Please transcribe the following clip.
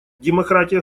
демократия